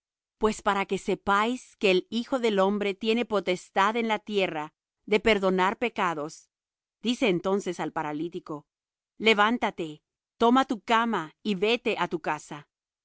pues para que sepáis que el hijo del hombre tiene potestad en la tierra de perdonar pecados dice entonces al paralítico levántate toma tu cama y vete á tu casa